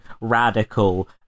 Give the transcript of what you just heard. radical